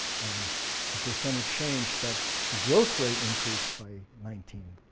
and the percent of change that the growth rate increased by nineteen,